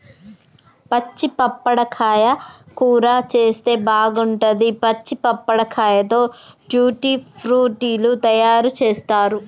పచ్చి పప్పడకాయ కూర చేస్తే బాగుంటది, పచ్చి పప్పడకాయతో ట్యూటీ ఫ్రూటీ లు తయారు చేస్తారు